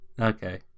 Okay